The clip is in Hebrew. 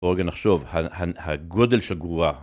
בואו רגע נחשוב, הגודל של גרורה